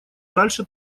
дальше